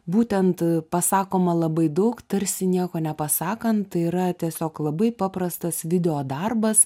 būtent pasakoma labai daug tarsi nieko nepasakant yra tiesiog labai paprastas video darbas